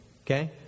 Okay